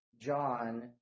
John